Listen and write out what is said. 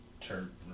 Turn